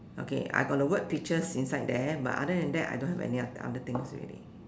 okay I got the word peaches inside there but other than that I don't have any other other things already